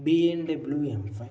BMW M five